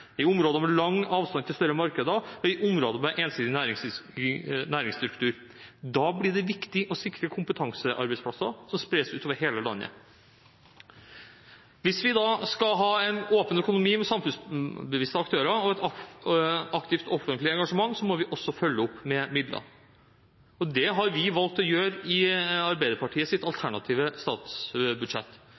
i områder med lav økonomisk vekst, i områder med lang avstand til større markeder og i områder med ensidig næringsstruktur. Da blir det viktig å sikre kompetansearbeidsplasser som spres over hele landet. Hvis vi skal ha en åpen økonomi med samfunnsbevisste aktører og et aktivt offentlig engasjement, må vi også følge opp med midler. Det har vi valgt å gjøre i Arbeiderpartiets alternative statsbudsjett.